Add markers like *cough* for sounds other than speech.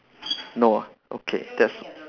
no okay *noise*